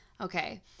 Okay